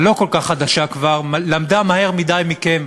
הלא-כל-כך חדשה כבר, למדה מהר מדי מכם.